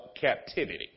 captivity